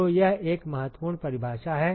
तो यह एक महत्वपूर्ण परिभाषा है